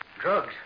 Drugs